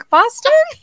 Boston